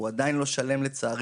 הוא עדיין לא שלם לצערי,